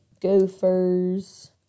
Gophers